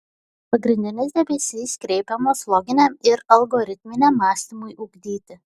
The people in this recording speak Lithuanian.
pagrindinis dėmesys kreipiamas loginiam ir algoritminiam mąstymui ugdyti